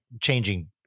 changing